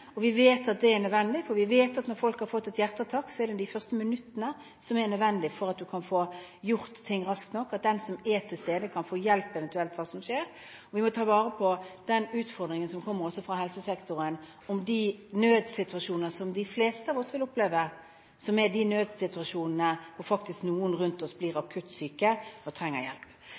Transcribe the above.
Vi vet at det er nødvendig. Vi vet at når folk får hjerteattakk, er det hjelp de første minuttene som er nødvendig for at man kan få gjort ting raskt nok, slik at den som er til stede, kan få hjelp med hva som skjer. Vi må ta på alvor den utfordringen som kommer fra helsesektoren om de nødsituasjonene som de fleste av oss vil oppleve, som er de nødsituasjonene når noen rundt oss blir akutt syke og trenger hjelp.